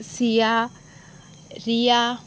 Siya Riya